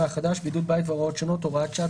החדש) (בידוד בית והוראות שונות) (הוראת שעה),